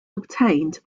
obtained